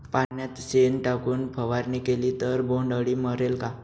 पाण्यात शेण टाकून फवारणी केली तर बोंडअळी मरेल का?